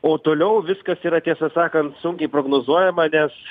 o toliau viskas yra tiesą sakant sunkiai prognozuojama nes